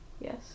Yes